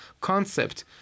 concept